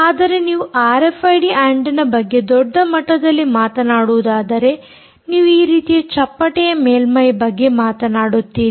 ಆದರೆ ನೀವು RFID antenna ಬಗ್ಗೆ ದೊಡ್ಡ ಮಟ್ಟದಲ್ಲಿ ಮಾತನಾಡುವುದಾದರೆ ನೀವು ಈ ರೀತಿಯ ಚಪ್ಪಟೆ ಮೇಲ್ಮೈಯ ಬಗ್ಗೆ ಮಾತನಾಡುತ್ತೀರಿ